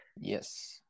Yes